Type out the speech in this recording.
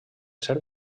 ser